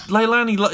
Leilani